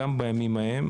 גם בימים האלה,